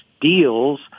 deals